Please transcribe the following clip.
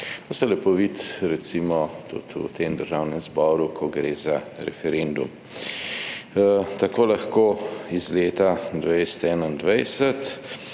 se lepo vidi recimo tudi v tem Državnem zboru, ko gre za referendum. Tako lahko iz leta